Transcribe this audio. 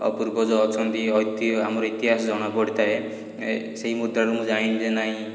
ପୂର୍ବଜ ଅଛନ୍ତି ଐତିହ ଆମର ଇତିହାସ ଜଣା ପଡ଼ିଥାଏ ସେଇ ମୁଦ୍ରାରୁ ମୁଁ ଜାଣିଲି ଯେ ନାଇଁ